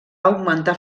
augmentar